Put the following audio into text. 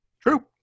True